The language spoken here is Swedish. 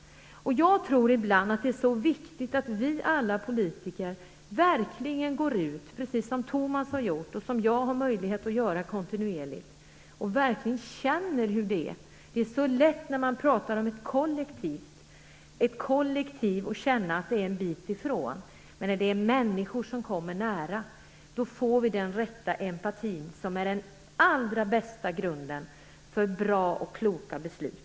Jag tror ibland att det är så viktigt att vi alla politiker verkligen går ut precis som Thomas Julin har gjort och som jag kontinuerligt har möjlighet att göra och verkligen känner hur det är. Det är så lätt när man talar om ett kollektiv att känna att det är en bit ifrån. Men när det är människor som kommer nära, då får vi den rätta empatin som är den allra bästa grunden för bra och kloka beslut.